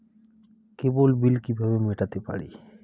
কেবল bill কিভাবে মেটাতে পারি?